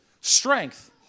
strength